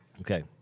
Okay